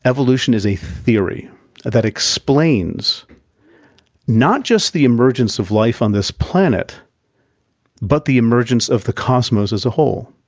evolution is a theory that explains not just the emergence of life on this planet but the emergence of the cosmos as a whole